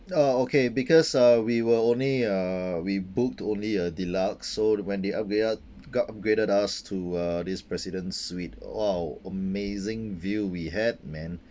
uh okay because uh we were only uh we booked only a deluxe so when they upgra~ upgraded us to uh this president's suite !wow! amazing view we had man